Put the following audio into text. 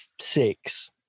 six